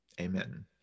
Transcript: Amen